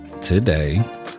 Today